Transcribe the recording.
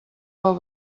del